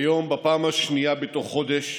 היום, בפעם השנייה בתוך חודש,